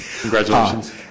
Congratulations